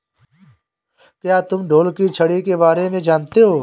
क्या तुम ढोल की छड़ी के बारे में जानते हो?